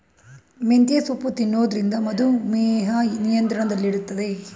ಮೆಂತ್ಯೆ ಸೊಪ್ಪು ತಿನ್ನೊದ್ರಿಂದ ಮಧುಮೇಹ ನಿಯಂತ್ರಣದಲ್ಲಿಡ್ತದೆ